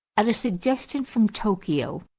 at a suggestion from tokyo,